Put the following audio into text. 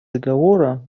договора